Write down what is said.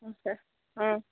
اَچھا آ